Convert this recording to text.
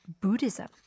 Buddhism